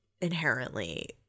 inherently